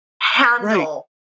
handle